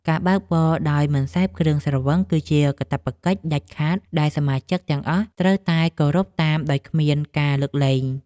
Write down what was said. ការបើកបរដោយមិនសេពគ្រឿងស្រវឹងគឺជាកាតព្វកិច្ចដាច់ខាតដែលសមាជិកទាំងអស់ត្រូវតែគោរពតាមដោយគ្មានការលើកលែង។